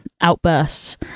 outbursts